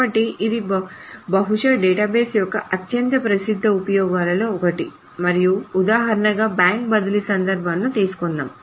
కాబట్టి ఇది బహుశా డేటాబేస్ యొక్క అత్యంత ప్రసిద్ధ ఉపయోగాలలో ఒకటి మరియు ఉదాహరణగా బ్యాంక్ బదిలీ సందర్భంను తీసుకుందాం